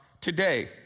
today